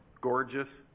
gorgeous